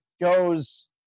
goes